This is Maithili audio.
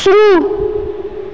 शुरू